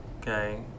Okay